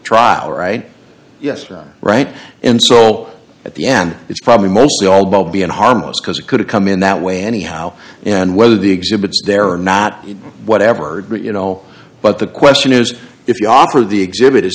trial right yes right right and so at the end it's probably mostly all bubbly and harmless because it could have come in that way anyhow and whether the exhibits there or not whatever but you know but the question is if you offer the exhibit